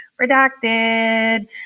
Redacted